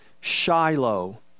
Shiloh